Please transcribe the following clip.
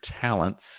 talents